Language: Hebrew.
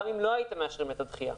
גם אם לא הייתם מאשרים את הדחייה.